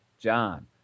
John